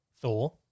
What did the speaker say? Thor